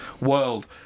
World